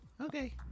Okay